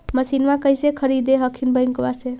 मसिनमा कैसे खरीदे हखिन बैंकबा से?